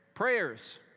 Prayers